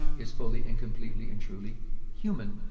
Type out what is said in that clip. is fully and completely and truly human.